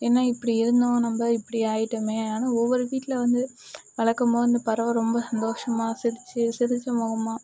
என்ன இப்படி இருந்தோம் நம்ம இப்படி ஆகிட்டோமே ஆனால் ஒவ்வொரு வீட்டில் வந்து வழக்கமாக வந்து பறவை ரொம்ப சந்தோஷமாக சிரித்த சிரித்த முகமா